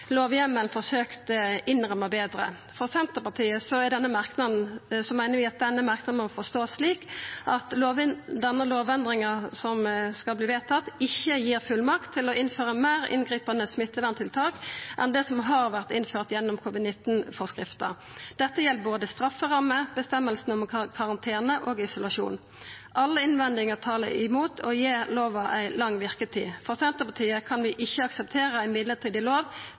forsøkt innramma betre. Senterpartiet meiner at denne merknaden må forståast slik at den lovendringa ein skal vedta, ikkje gir fullmakt til å innføra meir inngripande smitteverntiltak enn det som har vore innført gjennom covid-19-forskrifta. Dette gjeld både strafferammer, bestemmingane om karantene og isolasjon. Alle innvendingane talar imot å gi lova ei lang verketid. Senterpartiet kan ikkje akseptere ei midlertidig lov